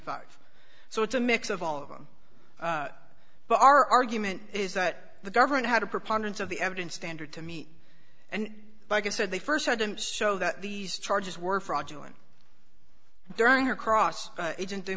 five so it's a mix of all of them but our argument is that the government had a preponderance of the evidence standard to me and like i said they first had to show that these charges were fraudulent during her cross agen